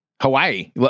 Hawaii